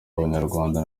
abanyarwanda